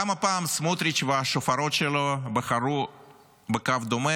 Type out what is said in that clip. גם הפעם סמוטריץ' והשופרות שלו בחרו בקו דומה